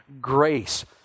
grace